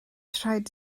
rhaid